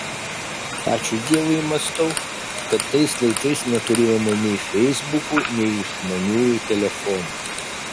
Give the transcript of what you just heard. ačiū dievui mąstau kad tais laikais neturėjome nei feisbukų nei išmaniųjų telefonų